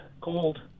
cold